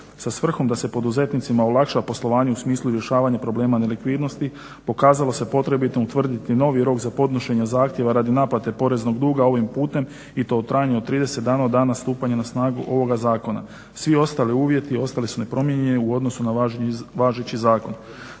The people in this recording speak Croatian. Sa svrhom da se poduzetnicima olakša poslovanje u smislu rješavanja problema nelikvidnosti pokazalo se potrebitim utvrditi novi rok za podnošenje zahtjeva radi naplate poreznog duga ovim putem i to u trajanju od 30 dana od dana stupanja na snagu ovoga zakona. Svi ostali uvjeti ostali su nepromijenjeni u odnosu na važeći zakon.